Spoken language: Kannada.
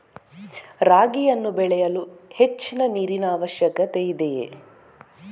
ರಾಗಿಯನ್ನು ಬೆಳೆಯಲು ಹೆಚ್ಚಿನ ನೀರಿನ ಅವಶ್ಯಕತೆ ಇದೆಯೇ?